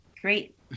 great